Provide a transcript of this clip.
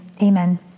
Amen